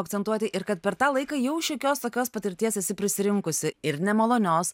akcentuoti ir kad per tą laiką jau šiokios tokios patirties esi prisirinkusi ir nemalonios